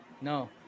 No